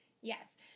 yes